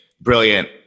brilliant